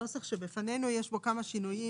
הנוסח שבפנינו יש בו כמה שינויים.